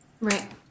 Right